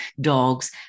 dogs